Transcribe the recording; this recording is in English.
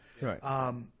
Right